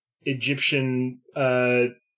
Egyptian